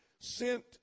sent